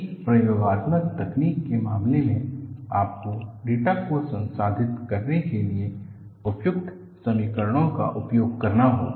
एक प्रयोगात्मक तकनीक के मामले में आपको डेटा को संसाधित करने के लिए उपयुक्त समीकरणों का उपयोग करना होगा